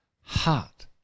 heart